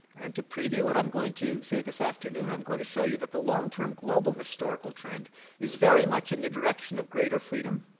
and to preview what i'm going to say this afternoon i'm going to show you that the long-term global historical trend is very much in the direction of greater freedom.